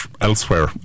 elsewhere